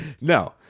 No